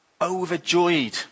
overjoyed